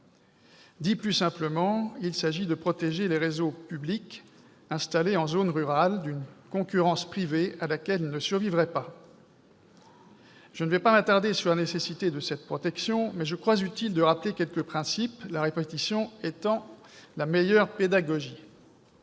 Dit plus simplement, il s'agit de protéger les réseaux publics installés en zone rurale d'une concurrence privée à laquelle ils ne survivraient pas. Je ne m'attarderai pas sur la nécessité de cette protection, mais je crois utile de rappeler quelques principes, la répétition étant la meilleure pédagogie.